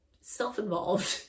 self-involved